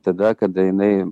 tada kada jinai